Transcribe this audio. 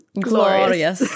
glorious